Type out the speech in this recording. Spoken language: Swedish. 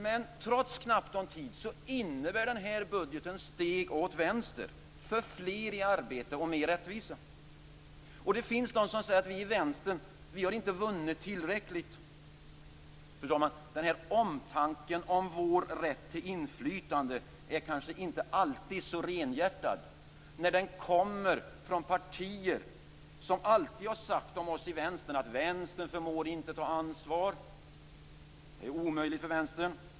Men trots den knappa tiden innebär denna budget steg åt vänster, för fler i arbete och mer rättvisa. Det finns de som säger att vi i Vänstern inte har vunnit tillräckligt. Fru talman! Den här omtanken om vår rätt till inflytande är kanske inte alltid så renhjärtad när den kommer från partier som alltid har sagt: Vänstern förmår inte ta ansvar. Det är omöjligt för Vänstern.